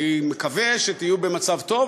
אני מקווה שתהיו במצב טוב,